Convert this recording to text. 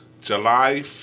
July